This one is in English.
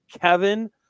Kevin